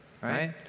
Right